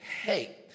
Hey